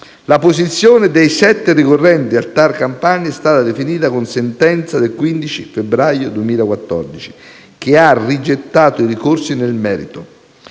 La posizione dei 7 ricorrenti al TAR Campania è stata definita con sentenza del 15 febbraio del 2014, che ha rigettato i ricorsi nel merito,